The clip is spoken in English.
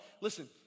Listen